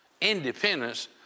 independence